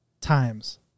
Times